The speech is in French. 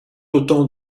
autant